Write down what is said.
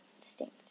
distinct